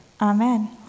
amen